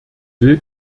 will